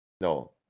no